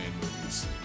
movies